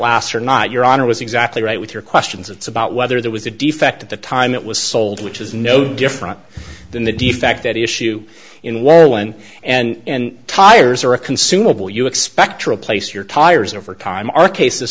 lasts or not your honor was exactly right with your questions it's about whether there was a defect at the time it was sold which is no different than the defect that issue in welland and tires are a consumable you expect to replace your tires over time our case